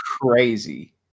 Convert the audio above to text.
crazy